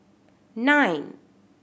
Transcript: nine